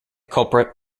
culprit